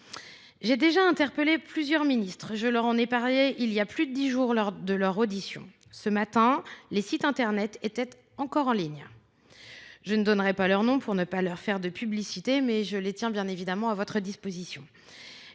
J’ai déjà interpellé plusieurs ministres sur le sujet, et je l’ai soulevé il y a plus de dix jours lors d’une audition. Ce matin, ces sites internet étaient encore en ligne. Je ne donnerai pas leurs noms pour ne pas leur faire de publicité, mais je les tiens bien évidemment à votre disposition.